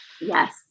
Yes